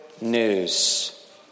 news